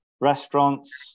restaurants